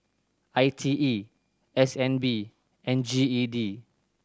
I T E S N B and G E D